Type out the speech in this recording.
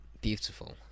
beautiful